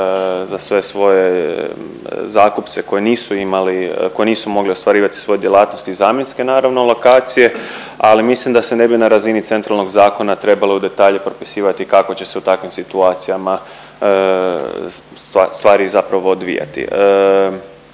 za sve svoje zakupce koji nisu imali, koji nisu mogli ostvarivati svoje djelatnosti i zamjenske naravno lokacije. Ali mislim da se ne bi na razini centralnog zakona trebalo u detalje propisivati kako će se u takvim situacijama stvari zapravo odvijati.